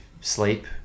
sleep